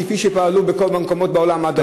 כפי שפעלו במקומות בעולם עד היום.